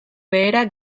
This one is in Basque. behera